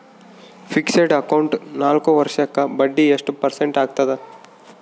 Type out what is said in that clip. Fixed account ನಾಲ್ಕು ವರ್ಷಕ್ಕ ಬಡ್ಡಿ ಎಷ್ಟು ಪರ್ಸೆಂಟ್ ಆಗ್ತದ?